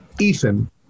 Ethan